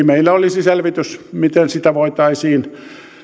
meillä olisi selvitys miten sitä voitaisiin